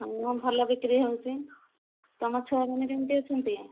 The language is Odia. ହୁଁ ଭଲ ବିକ୍ରି ହେଉଛି ତୁମ ଛୁଆମାନେ କେମତି ଅଛନ୍ତି